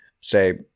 say